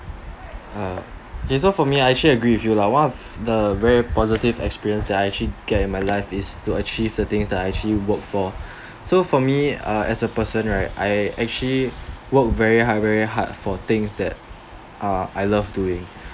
uh K so for me I actually agree with you lah one of the very positive experience that I actually get in my life is to achieve the things that I actually work for so for me uh as a person right I actually work very hard very hard for things that uh I love doing